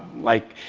like